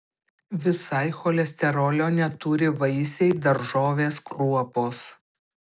visai cholesterolio neturi vaisiai daržovės kruopos